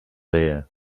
there